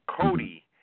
Cody